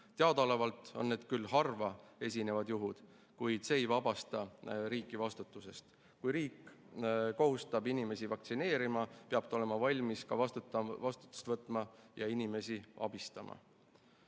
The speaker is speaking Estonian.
Teadaolevalt on need küll harva esinevad juhud, kuid see ei vabasta riiki vastutusest. Kui riik kohustab inimesi vaktsineerima, peab ta olema valmis ka vastutama ja inimesi abistama. Fondi